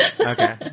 Okay